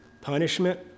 punishment